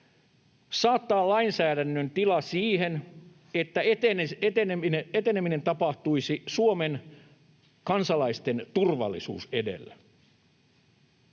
saattaa lainsäädännön tila siihen, että eteneminen tapahtuisi Suomen kansalaisten turvallisuus edellä.